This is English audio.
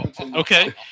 Okay